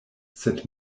sed